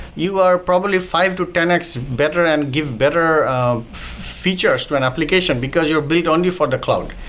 you are probably five to ten x better and give better features to an application, because you paid only for the cloud.